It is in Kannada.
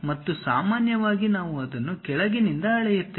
ಮತ್ತು ಸಾಮಾನ್ಯವಾಗಿ ನಾವು ಅದನ್ನು ಕೆಳಗಿನಿಂದ ಅಳೆಯುತ್ತೇವೆ